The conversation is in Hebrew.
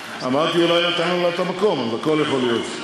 אמרתי, אולי נתנו לה את המקום, הכול יכול להיות.